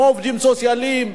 כמו עובדים סוציאליים,